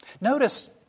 Notice